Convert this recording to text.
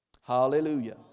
Hallelujah